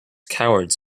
cowards